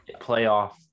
playoff